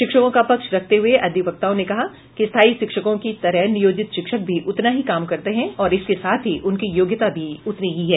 शिक्षकों का पक्ष रखते हुए अधिवक्ताओं ने कहा कि स्थायी शिक्षकों की तरह नियोजित शिक्षक भी उतना ही काम करते हैं और इसके साथ ही उनकी योग्यता भी उतनी ही है